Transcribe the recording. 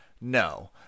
No